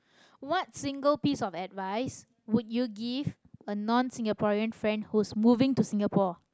what single piece of advice would you give a non-singaporean friend who is moving to singapore